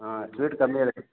ಹಾಂ ಸ್ವೀಟ್ ಕಮ್ಮಿ ಇರೋದು